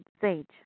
sage